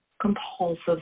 compulsive